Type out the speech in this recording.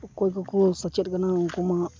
ᱚᱠᱚᱭ ᱠᱚᱠᱚ ᱥᱮᱪᱮᱫ ᱟᱠᱟᱱᱟ ᱩᱱᱠᱩ ᱢᱟ